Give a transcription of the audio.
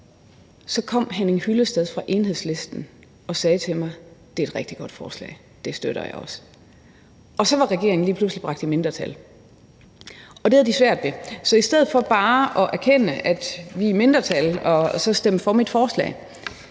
Så kom hr. Henning Hyllested fra Enhedslisten og sagde til mig: Det er et rigtig godt forslag, det støtter jeg også. Og så var regeringen lige pludselig bragt i mindretal, og det havde de svært ved. Så i stedet for bare at erkende, at den var i mindretal, og så stemme for mit forslag,